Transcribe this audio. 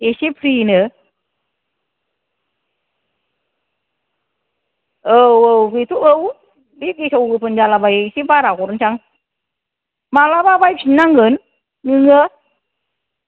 एसे फ्रिनो औ औ बेथ' औ बे गेसाव गोफोन जालाबायो एसे बारा हरसां मालाबा बायफिननांगोन नोङो